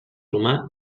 romà